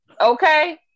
Okay